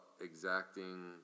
exacting